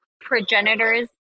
progenitors